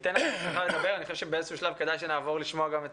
תודה ליושב-ראש הוועדה וליושב-ראש הוועדה לקידום מעמד